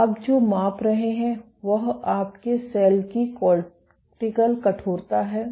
तो आप जो माप रहे हैं वह आपके सेल की कोर्टिकल कठोरता है